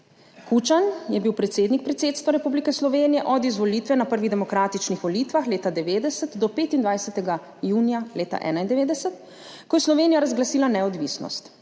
Kučan je bil predsednik Predsedstva Republike Slovenije od izvolitve na prvih demokratičnih volitvah leta 1990 do 25. junija leta 1991, ko je Slovenija razglasila neodvisnost.